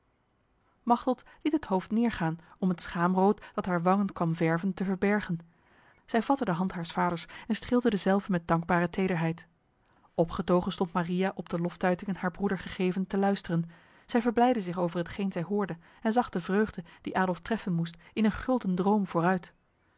machteld liet het hoofd neergaan om het schaamrood dat haar wangen kwam verven te verbergen zij vatte de hand haars vaders en streelde dezelve met dankbare tederheid opgetogen stond maria op de loftuitingen haar broeder gegeven te luisteren zij verblijdde zich over hetgeen zij hoorde en zag de vreugde die adolf treffen moest in een gulden droom vooruit